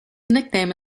nickname